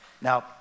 Now